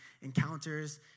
encounters